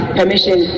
permission